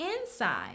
Inside